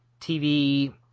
TV